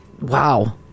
Wow